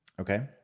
Okay